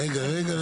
רגע, רגע.